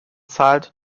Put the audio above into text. zahlt